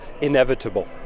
inevitable